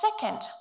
second